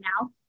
now